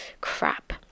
crap